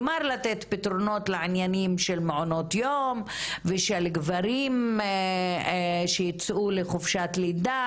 כלומר לתת פתרונות לעניינים של מעונות יום ושל גברים שייצאו לחופשת לידה